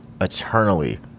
eternally